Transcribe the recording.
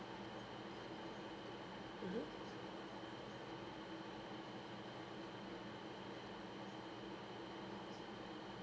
mmhmm